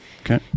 Okay